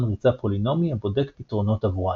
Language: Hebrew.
ריצה פולינומי הבודק פתרונות עבורן.